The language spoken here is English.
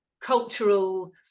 cultural